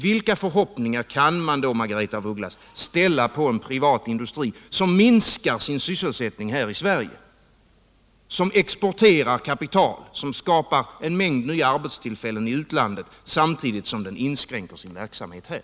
Vilka förhoppningar kan man då, Margaretha af Ugglas, ställa på en privat industri som minskar sin sysselsättning här i Sverige, som exporterar kapital, som skapar en mängd nya arbetstillfällen i utlandet samtidigt som den inskränker sin verksamhet här?